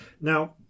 Now